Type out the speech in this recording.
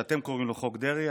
שאתם קוראים לו חוק דרעי,